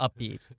upbeat